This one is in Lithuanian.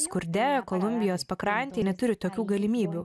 skurde kolumbijos pakrantėj neturi tokių galimybių